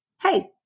Hey